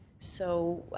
so